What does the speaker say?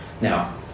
Now